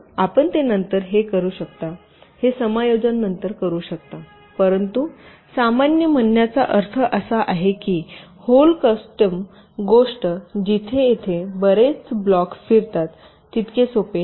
म्हणून आपण ते नंतर ते करू शकता हे समायोजन नंतर करू शकता परंतु सामान्य म्हणण्याचा अर्थ असा आहे की होल कॅस्टम गोष्ट जिथे तेथे बरेच ब्लॉक फिरतात तितके सोपे नाही